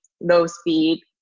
low-speed